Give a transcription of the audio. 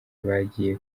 bagiye